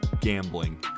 gambling